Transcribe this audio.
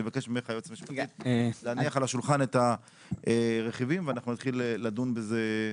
אני מבקש מהיועצת המשפטית להניח על השולחן את הרכיבים ונתחיל לדון בהם.